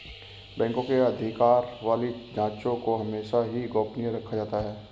बैंकों के अधिकार वाली जांचों को हमेशा ही गोपनीय रखा जाता है